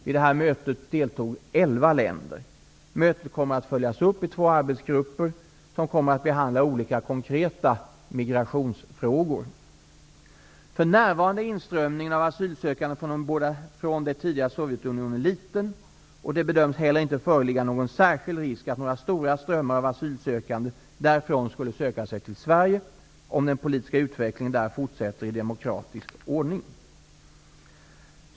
Vid detta möte deltog elva länder. Mötet kommer att följas upp i två arbetsgrupper, som kommer att behandla olika konkreta migrationsfrågor. För närvarande är inströmningen av asylsökande från det tidigare Sovjetunionen liten, och det bedöms heller inte föreligga någon särskild risk att några stora strömmar av asylsökande därifrån skulle söka sig till Sverige, om den politiska utvecklingen där fortsätter i demokratisk ordning.